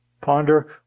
Ponder